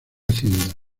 hacienda